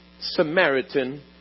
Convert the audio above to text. Samaritan